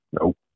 Nope